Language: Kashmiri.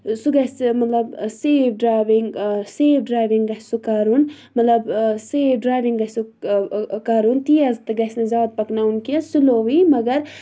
سُہ گژھِ مطلب سیف ڈرٛایوِنٛگ سیف ڈرٛایوِنٛگ گژھِ سُہ کَرُن مطلب سیف ڈرٛاوِنٛگ گژھِ سُہ کَرُن تیز تہٕ گژھِ نہٕ زیادٕ پَکناوُن کینٛہہ سٕلووٕے مگر